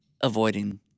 avoiding